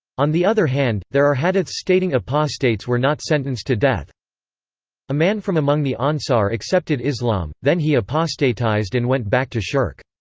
on the other hand, there are hadiths stating apostates were not sentenced to death a man from among the ansar accepted islam, then he apostatized and went back to shirk.